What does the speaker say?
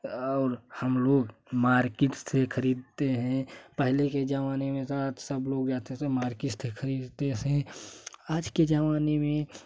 और हम लोग मार्केट से खरीदते हैं पहले के ज़माने में साथ सब लोग जाते थे मरकेस थे खरीदते सें आज के ज़माने में